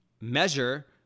measure